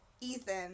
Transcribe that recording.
Ethan